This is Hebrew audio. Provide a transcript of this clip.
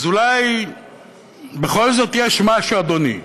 אז אולי בכל זאת יש משהו, אדוני.